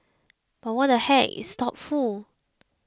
but what the heck it's thoughtful